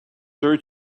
through